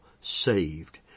saved